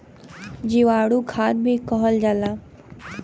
जीवाणु खाद भी कहल जाला